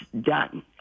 done